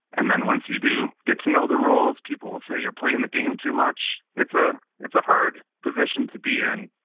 and then once you do get to know the rules, people will say you're playing the game too much. it's ah it's a hard position to be in,